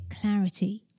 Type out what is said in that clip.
clarity